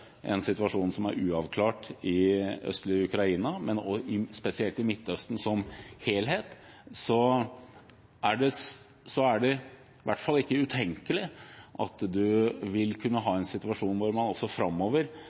en situasjon som er uavklart i østlige Ukraina, og spesielt i Midtøsten – som helhet, er det i hvert fall ikke utenkelig at man vil kunne ha en situasjon også framover